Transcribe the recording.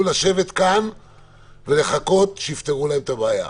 לבוא לשבת כאן ולחכות שיפתרו להם את הבעיה.